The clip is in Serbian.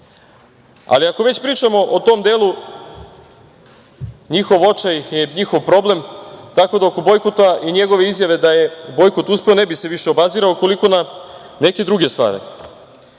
zemlji. Ako već pričamo o tom delu, njihov očaj je njihov problem, tako da oko bojkota i njegove izjave da je bojkot uspeo ne bih se više obazirao, koliko na neke druge stvari.